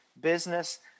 business